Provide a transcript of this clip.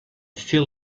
still